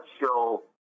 show